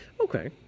Okay